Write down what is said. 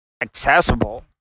accessible